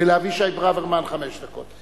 ולאבישי ברוורמן חמש דקות.